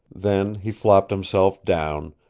then he flopped himself down,